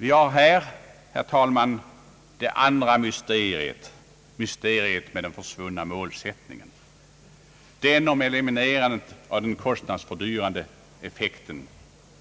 Vi har här, herr talman, det andra mysteriet, nämligen mysteriet med den försvunna målsättningen, den om eliminerandet av skattens kostnadshöjande effekt